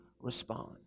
respond